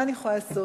מה אני יכולה לעשות,